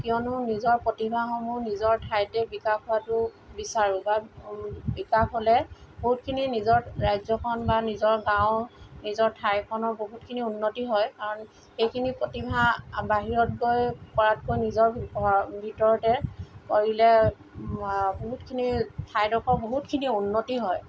কিয়নো নিজৰ প্ৰতিভাসমূহ নিজৰ ঠাইতেই বিকাশ হোৱাটো বিচাৰোঁ বা বিকাশ হ'লে বহুতখিনি নিজৰ ৰাজ্যখন বা নিজৰ গাঁও নিজৰ ঠাইখনৰ বহুতখিনি উন্নতি হয় কাৰণ এইখিনি প্ৰতিভা বাহিৰত গৈ কৰাতকৈ নিজৰ ভিতৰতে কৰিলে বহুতখিনি ঠাইডোখৰ বহুতখিনি উন্নতি হয়